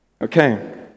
Okay